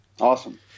Awesome